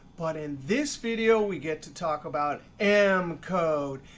but in this video, we get to talk about m code.